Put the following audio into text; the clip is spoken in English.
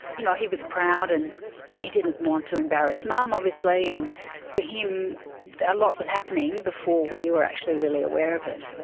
you know he was proud and he didn't want to embarrass mum obviously. and for him a lot was happening before we were actually really aware of it.